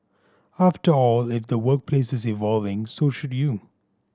after all if the workplace is evolving so should you